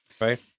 right